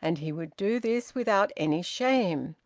and he would do this without any shame,